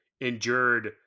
endured